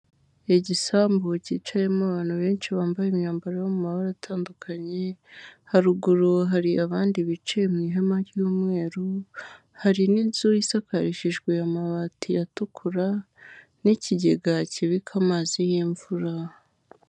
Igisambu cyicayemo abantu benshi bambaye imyambaro yo mu mabara atandukanye, haruguru hari abandi bicaye mu ihema ry'umweru, hari n'inzu isakarishijwe amabati atukura n'ikigega kibika amazi y'imvura.